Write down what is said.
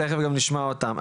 תיכף גם נשמע אותם,